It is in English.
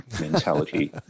mentality